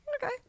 Okay